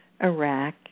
Iraq